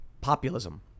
populism